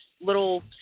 little